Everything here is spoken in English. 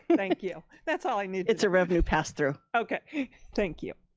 thank you. that's all i needed. it's a revenue pass-through. okay, thank you.